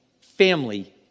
family